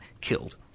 killed